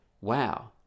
Wow